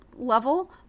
level